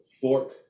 fork